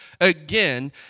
again